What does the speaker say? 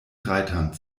reitern